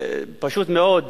פשוט מאוד,